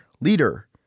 Leader